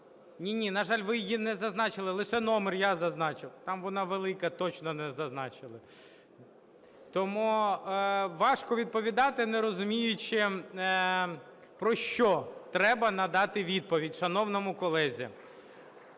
Ні, на жаль, ви її не зазначили, лише номер я зазначив. Там вона велика, точно не зазначили. Тому важко відповідати, не розуміючи, про що треба надати відповідь, шановному колезі.